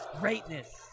greatness